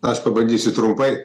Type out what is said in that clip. aš pabandysiu trumpai